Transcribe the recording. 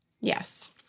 Yes